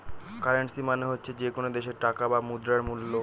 currency মানে হচ্ছে যে কোনো দেশের টাকা বা মুদ্রার মুল্য